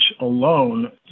alone